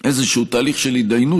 איזשהו תהליך של התדיינות,